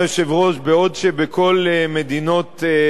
שעה שבכל מדינות המערב,